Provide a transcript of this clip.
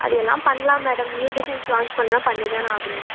அது எல்லாம் பண்ணலாம் மேடம் நியூ டிசைன்ஸ் லான்ச் பண்ணுணா பண்ணிதானே ஆகணும்